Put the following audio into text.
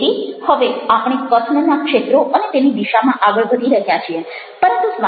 તેથી હવે આપણે કથનના ક્ષેત્રો અને તેની દિશામાં આગળ વધી રહ્યા છીએ